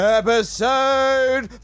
episode